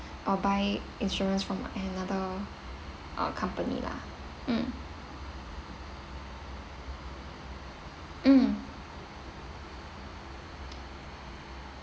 or buy insurance from another uh company lah mm mm